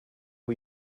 who